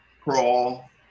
crawl